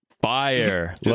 Fire